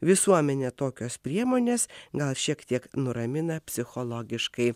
visuomenę tokios priemonės gal šiek tiek nuramina psichologiškai